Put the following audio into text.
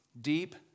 deep